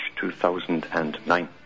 2009